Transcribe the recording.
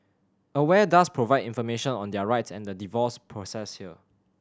aware does provide information on their rights and the divorce process here